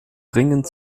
dringend